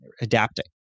adapting